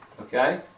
Okay